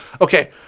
okay